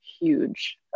huge